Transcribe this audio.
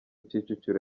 kicukiro